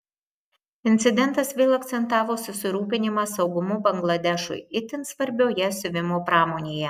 incidentas vėl akcentavo susirūpinimą saugumu bangladešui itin svarbioje siuvimo pramonėje